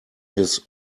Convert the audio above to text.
his